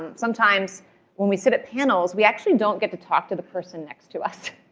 sometimes when we sit at panels, we actually don't get to talk to the person next to us.